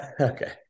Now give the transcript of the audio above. Okay